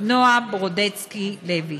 נועה ברודצקי לוי.